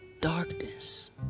darkness